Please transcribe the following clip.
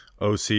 OC